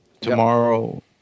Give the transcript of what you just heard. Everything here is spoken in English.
tomorrow